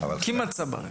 כמעט צבר.